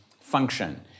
function